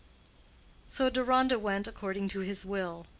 so deronda went according to his will.